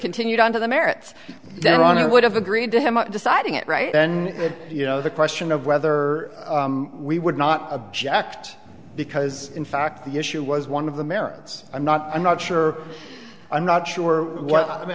continued on to the merits then i would have agreed to him deciding it right then you know the question of whether we would not object because in fact the issue was one of the merits i'm not i'm not sure i'm not sure what i mean